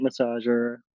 massager